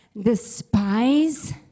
despise